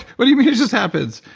what do you mean it just happens?